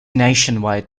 nationwide